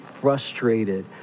frustrated